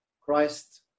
Christ